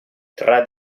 tra